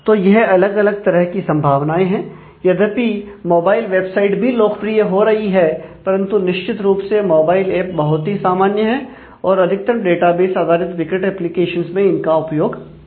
तो यह अलग अलग तरह की संभावनाएं हैं यद्यपि मोबाइल वेबसाइट भी लोकप्रिय हो रही है परंतु निश्चित रूप से मोबाइल एप बहुत ही सामान्य है और अधिकतम डेटाबेस आधारित विकट एप्लीकेशंस मैं इनका उपयोग होता है